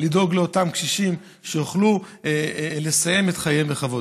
לדאוג שאותם קשישים יוכלו לסיים את חייהם בכבוד.